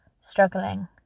struggling